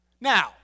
Now